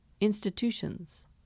institutions